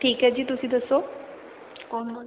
ਠੀਕ ਹੈ ਜੀ ਤੁਸੀਂ ਦੱਸੋ ਕੌਣ ਬੋਲ